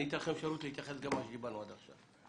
אתן לכם אפשרות להתייחס גם לדברים עליהם דיברנו עד עכשיו.